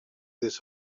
this